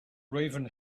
raven